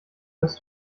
dass